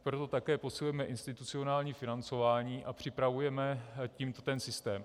Proto také posilujeme institucionální financování a připravujeme tím ten systém.